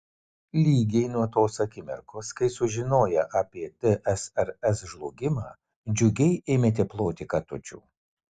lygiai nuo tos akimirkos kai sužinoję apie tsrs žlugimą džiugiai ėmėte ploti katučių